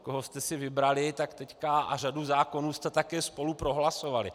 Koho jste si vybrali, tak teď... a řadu zákonů jste také spolu prohlasovali.